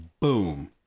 Boom